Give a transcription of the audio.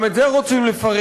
גם את זה רוצים לפרק,